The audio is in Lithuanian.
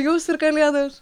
jūs ir kalėdos